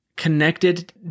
connected